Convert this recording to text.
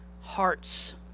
hearts